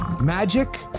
Magic